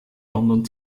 london